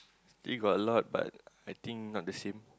still got a lot but I think not the same